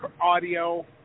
audio